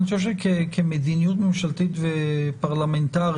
ואני חושב שכמדיניות ממשלתית ופרלמנטרית,